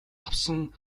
авсан